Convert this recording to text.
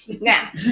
Now